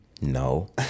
No